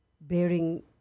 bearing